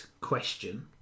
question